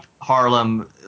Harlem